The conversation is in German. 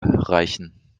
reichen